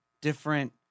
different